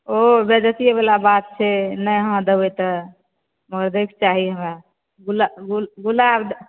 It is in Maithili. ओ बेज्जतीवला बात छै नहि अहाँ देबै तऽ होइक चाही हमरा गुलाब